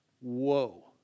Whoa